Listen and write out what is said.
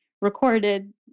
Recorded